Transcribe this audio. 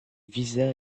visa